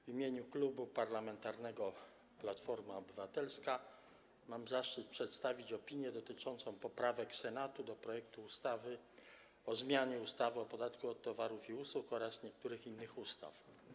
W imieniu Klubu Parlamentarnego Platforma Obywatelska mam zaszczyt przedstawić opinię dotyczącą poprawek Senatu do ustawy o zmianie ustawy o podatku od towarów i usług oraz niektórych innych ustaw.